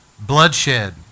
bloodshed